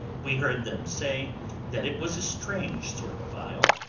we heard them say that it was a strange sort of isle,